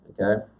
okay